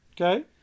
Okay